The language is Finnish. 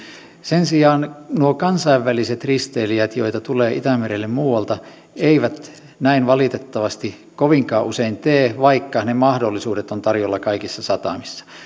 sen sijaan nuo kansainväliset risteilijät joita tulee itämerelle muualta eivät näin valitettavasti kovinkaan usein tee vaikka ne mahdollisuudet ovat tarjolla kaikissa satamissa